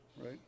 right